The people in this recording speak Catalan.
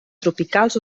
tropicals